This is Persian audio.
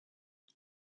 فکر